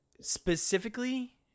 Specifically